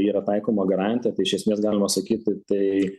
yra taikoma garantija tai iš esmės galima sakyti tai